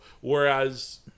Whereas